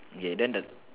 ya then the